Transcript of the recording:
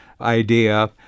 idea